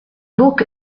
book